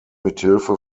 mithilfe